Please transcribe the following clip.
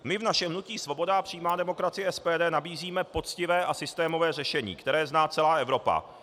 My v našem hnutí Svoboda a přímá demokracie, SPD, nabízíme poctivé a systémové řešení, které zná celá Evropa.